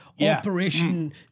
Operation